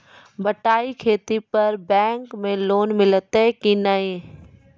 बटाई खेती पर बैंक मे लोन मिलतै कि नैय?